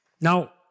Now